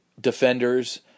defenders